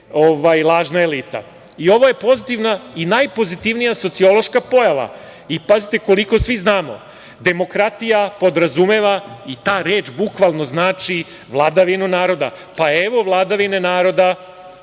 lažna elita. Ovo je pozitivna i najpozitivnija sociološka pojava. Pazite, koliko svi znamo, demokratija podrazumeva i ta reč, bukvalno znači vladavinu naroda. Pa, evo vladavine naroda,